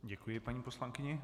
Děkuji paní poslankyni.